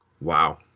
Wow